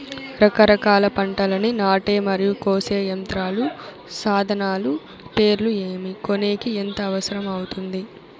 రకరకాల పంటలని నాటే మరియు కోసే యంత్రాలు, సాధనాలు పేర్లు ఏమి, కొనేకి ఎంత అవసరం అవుతుంది?